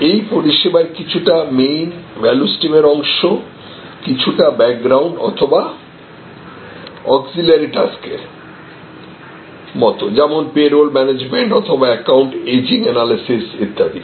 এই পরিষেবার কিছুটা মেইন ভ্যালু স্ট্রিমের অংশ কিছুটা ব্যাকগ্রাউন্ড অথবা অক্সিলারি টাস্কের মত যেমন পেরোল ম্যানেজমেন্ট অথবা একাউন্ট এজিং অ্যানালিসিস ইত্যাদি